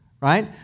right